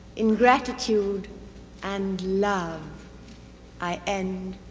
in gratitude and love i end,